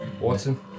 Watson